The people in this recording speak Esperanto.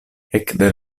ekde